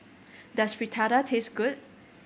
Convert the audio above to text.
does Fritada taste good